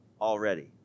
already